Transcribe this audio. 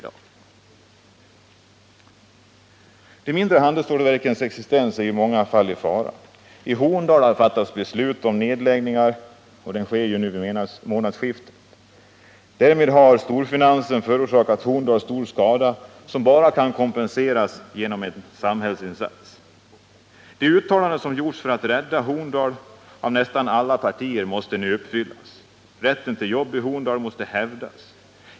De mindre handelsstålverkens existens är i många fall i fara. I Horndal har beslut fattats om nedläggning, och den sker nu vid månadsskiftet. Därmed har storfinansen förorsakat Horndal stor skada som bara kan kompenseras genom en samhällsinsats. De uttalanden som gjorts av nästan alla partier för att rädda Horndal måste nu uppfyllas. Rätten till jobb i Horndal måste hävdas.